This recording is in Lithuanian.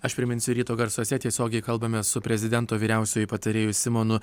aš priminsiu ryto garsuose tiesiogiai kalbamės su prezidento vyriausiuoju patarėju simonu